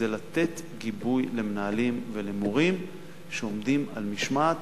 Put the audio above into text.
זה לתת גיבוי למנהלים ולמורים שעומדים על משמעת